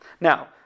Now